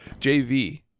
JV